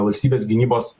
valstybės gynybos